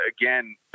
again